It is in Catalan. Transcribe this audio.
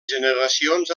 generacions